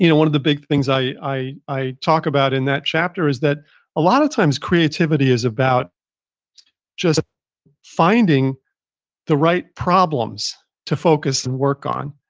you know one of the big things i i talk about in that chapter is that a lot of times creativity is about just finding the right problems to focus and work on.